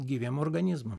gyviem organizmam